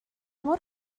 mor